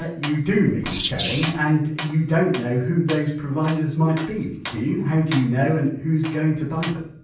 but you do mean selling and you don't know who those providers might be do you, how do you know and who's going to buy them?